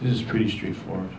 this is pretty straightforward